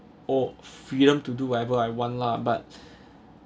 oh freedom to do whatever I want lah but